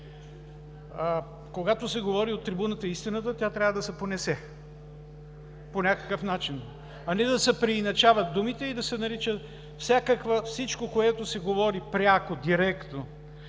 Когато от трибуната се говори истината, тя трябва да се понесе по някакъв начин, а не да се преиначават думите и да се нарича всичко, което се говори пряко, директно.